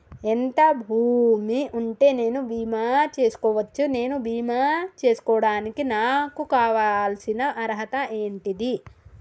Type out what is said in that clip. ఎంత భూమి ఉంటే నేను బీమా చేసుకోవచ్చు? నేను బీమా చేసుకోవడానికి నాకు కావాల్సిన అర్హత ఏంటిది?